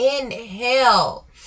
inhale